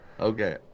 Okay